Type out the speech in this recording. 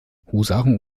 husaren